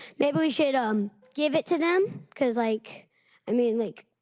maybe should um give it to them. because like i mean like,